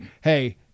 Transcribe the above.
hey